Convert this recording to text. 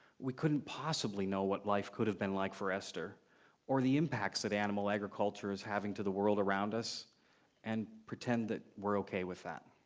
we couldn't possibly know what life could have been like for esther or the impacts that animal agriculture is having to the world around us and pretend that we're okay with that.